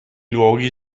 luoghi